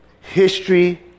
history